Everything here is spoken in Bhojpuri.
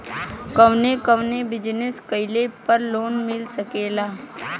कवने कवने बिजनेस कइले पर लोन मिल सकेला?